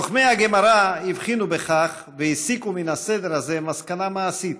חכמי הגמרא הבחינו בכך והסיקו מן הסדר הזה מסקנה מעשית.